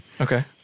Okay